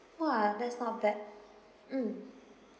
!wah! that's not bad mm